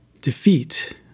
defeat